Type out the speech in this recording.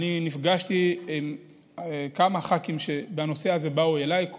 נפגשתי עם כמה ח"כים שבאו אליי בנושא הזה,